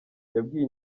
yabwiye